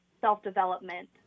self-development